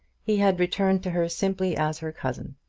he had returned to her simply as her cousin,